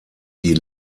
die